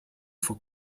for